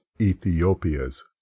Ethiopia's